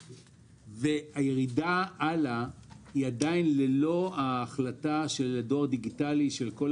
הירידה היא ללא ההחלטה של הדור הדיגיטלי, ללא